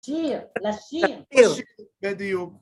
להשאיר. להשאיר. להשאיר בדיוק.